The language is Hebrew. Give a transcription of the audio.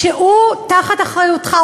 שהוא תחת אחריותך,